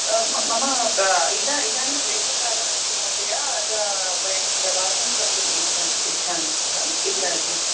मम इद इदानीं ग्रीष्कालमस्ति महोदय अतः वयं प्रवासं कर्तुं इच्छन् इच्छामः इच्छा इच्छ